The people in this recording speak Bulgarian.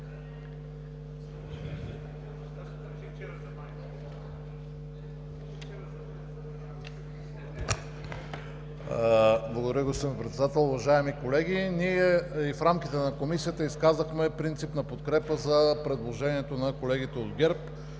Благодаря, господин Председател. Уважаеми колеги! Ние и в рамките на Комисията изказахме принципна подкрепа за предложението на колегите от ГЕРБ.